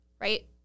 right